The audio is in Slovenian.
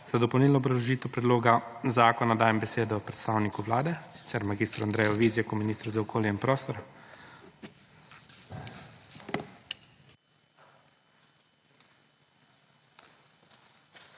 Za dopolnilno obrazložitev predloga zakona dajem besedo predstavniku Vlade mag. Andreju Vizjaku, ministru za okolje in prostor.